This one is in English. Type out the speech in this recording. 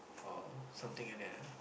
or something like that ah